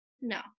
No